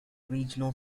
regional